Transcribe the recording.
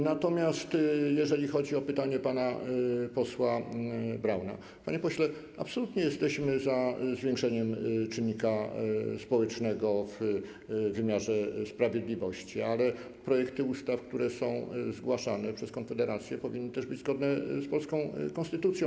Natomiast jeżeli chodzi o pytanie pana posła Brauna, to powiem, panie pośle, że absolutnie jesteśmy za zwiększeniem czynnika społecznego w wymiarze sprawiedliwości, ale projekty ustaw, które są zgłaszane przez Konfederację, powinny też być zgodne z polską konstytucją.